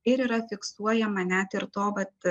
ir yra fiksuojama net ir to vat